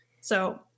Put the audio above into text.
So-